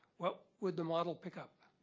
what would the model pick up?